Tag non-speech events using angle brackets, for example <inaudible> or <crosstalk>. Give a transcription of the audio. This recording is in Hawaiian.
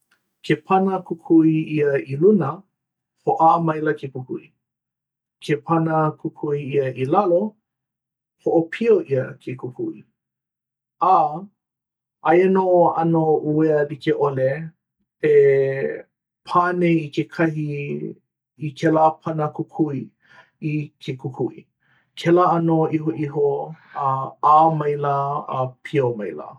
ke pana kukui ʻia i luna hoʻā maila ke kukui. ke pana kukui ʻia i lalo hoʻopio ʻia ke kukui. a aia nā ʻano ʻuea like ʻole e <hesitation> pā nei i kekahi <hesitation> i kēlā pana kukui i ke kukui. kēlā ʻano ihoiho. a ʻā maila a pio maila.